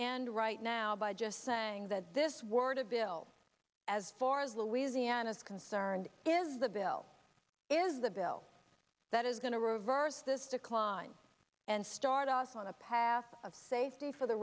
end right now by just saying that this word of bill as far as louisiana is concerned is the bill is the bill that is going to reverse this decline and start us on a path of safety for the